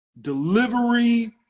delivery